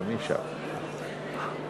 רבותי.